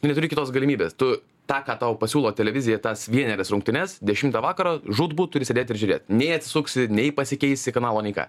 tu neturi kitos galimybės tu tą ką tau pasiūlo televizija tas vienerias rungtynes dešimtą vakaro žūtbūt turi sėdėt ir žiūrėt nei atsisuksi nei pasikeisi kanalo nei ką